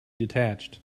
detached